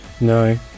No